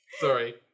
Sorry